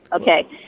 Okay